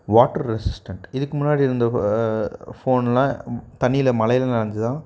water resistant இதுக்கு முன்னாடி இருந்த ஃபோன்லாம் தண்ணியில் மழையில் நனஞ்சி தான்